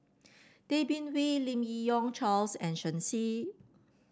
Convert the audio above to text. Tay Bin Wee Lim Yi Yong Charles and Shen Xi